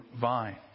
vine